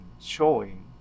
showing